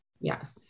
Yes